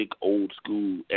old-school